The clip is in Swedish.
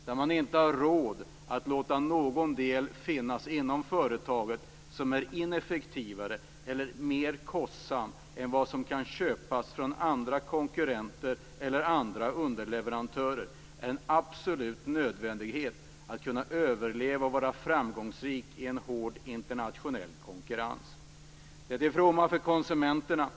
Man har inte råd att låta någon del finnas inom företaget som är ineffektivare eller mer kostsam jämfört med vad som kan köpas från andra konkurrenter eller underleverantörer. Det är en absolut nödvändighet att kunna överleva och att vara framgångsrik i en hård internationell konkurrens. Detta är till fromma för konsumenterna.